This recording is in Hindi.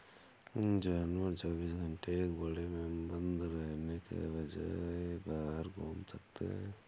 जानवर चौबीस घंटे एक बाड़े में बंद रहने के बजाय बाहर घूम सकते है